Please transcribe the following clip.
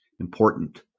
important